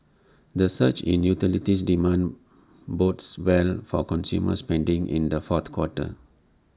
the surge in utilities demand bodes well for consumer spending in the fourth quarter